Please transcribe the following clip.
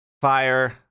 fire